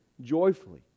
joyfully